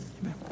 Amen